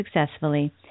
successfully